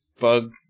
bug